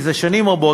מזה שנים רבות,